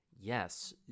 Yes